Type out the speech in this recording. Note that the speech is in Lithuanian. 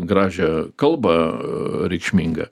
gražią kalbą reikšmingą